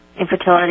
infertility